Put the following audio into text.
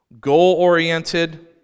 goal-oriented